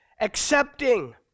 accepting